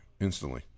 instantly